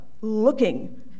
looking